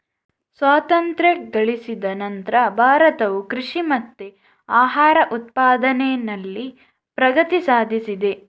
ಸ್ವಾತಂತ್ರ್ಯ ಗಳಿಸಿದ ನಂತ್ರ ಭಾರತವು ಕೃಷಿ ಮತ್ತೆ ಆಹಾರ ಉತ್ಪಾದನೆನಲ್ಲಿ ಪ್ರಗತಿ ಸಾಧಿಸಿದೆ